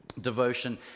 devotion